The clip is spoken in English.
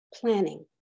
planning